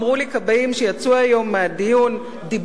אמרו לי כבאים שיצאו היום מהדיון בוועדה